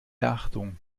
achtung